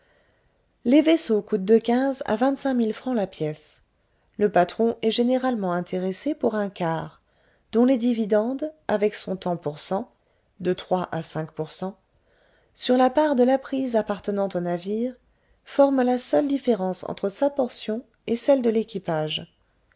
les vaisseaux coûtent de quinze à vingt-cinq mille francs la pièce le patron est généralement intéressé pour un quart dont les dividendes avec son tant pour cent sur la part de la prise appartenant au navire forment la seule différence entre sa portion et celle de l'équipage